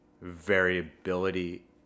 variability